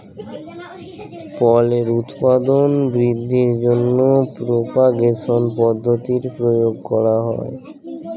ফলের উৎপাদন বৃদ্ধির জন্য প্রপাগেশন পদ্ধতির প্রয়োগ করা হয়